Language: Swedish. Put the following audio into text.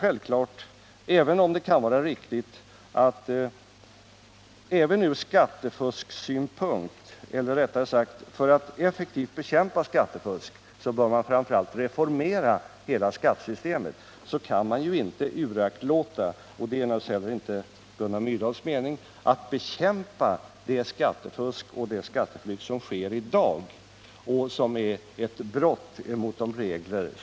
Även om det kan vara riktigt att reformera hela skattesystemet för att effektivt bekämpa skattefusk, kan man inte uraktlåta— och det är naturligtvis inte heller Gunnar Myrdals mening — att bekämpa det skattefusk och den skatteflykt som sker i dag.